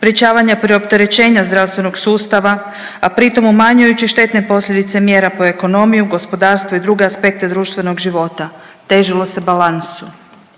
sprječavanja preopterećenja zdravstvenog sustava, a pritom umanjujući štetne posljedice mjera po ekonomiju, gospodarstvo i druge aspekte društvenog života, težilo se balansu.